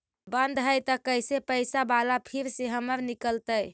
बन्द हैं त कैसे पैसा बाला फिर से हमर निकलतय?